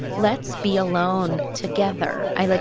let's be alone together. i, like,